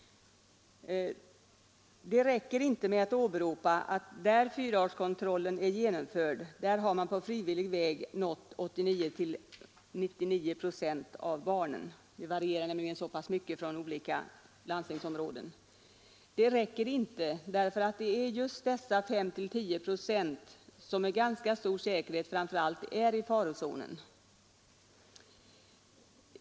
Det räcker inte med att åberopa att där fyraårskontrollen är genomförd har man på frivillig väg nått 89—99 procent av barnen. Det varierar nämligen mycket mellan olika landstingsområden. Det räcker inte därför att det framför allt är dessa upp till tio procent som med ganska stor säkerhet är i farozonen.